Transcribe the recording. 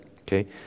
okay